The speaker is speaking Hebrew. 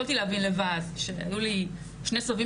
יכולתי להבין אז שהיו לי שני סבבים